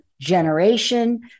generation